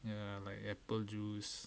ya like apple juice